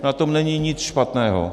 Na tom není nic špatného.